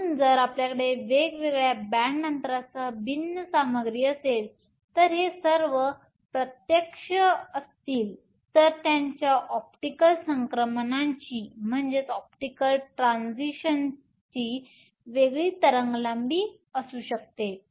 म्हणून जर आपल्याकडे वेगवेगळ्या बॅण्ड अंतरांसह भिन्न सामग्री असेल आणि हे सर्व प्रत्यक्ष असतील तर त्यांच्या ऑप्टिकल संक्रमणाची वेगळी तरंग लांबी असू शकते